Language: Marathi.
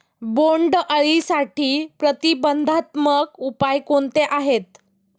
बोंडअळीसाठी प्रतिबंधात्मक उपाय कोणते आहेत?